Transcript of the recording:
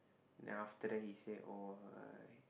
then after that he say oh